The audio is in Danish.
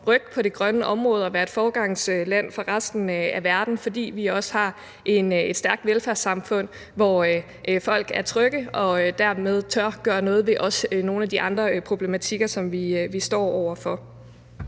rykke på det grønne område og være et foregangsland for resten af verden, fordi vi også har et stærkt velfærdssamfund, hvor folk er trygge og dermed også tør gøre noget ved nogle af de andre problematikker, som vi står over for.